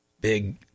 big